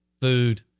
food